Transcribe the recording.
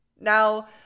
Now